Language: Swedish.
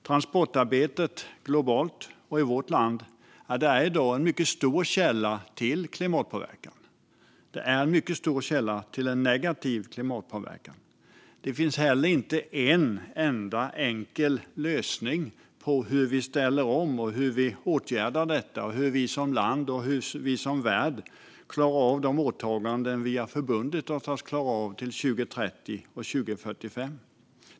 Transportarbetet globalt och i vårt land är i dag en mycket stor källa till en negativ klimatpåverkan. Det finns heller inte en enda enkel lösning på hur vi ställer om och åtgärder detta. Det handlar om hur vi som land och hur vi i världen klarar av de åtaganden vi har förbundit oss att klara av till 2030 och 2045.